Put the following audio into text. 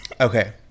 Okay